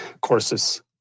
courses